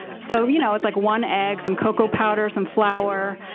so you know it's like one egg, some cocoa powder, some flour,